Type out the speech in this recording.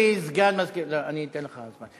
אני אתן לך זמן.